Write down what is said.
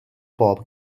bob